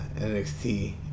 NXT